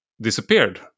disappeared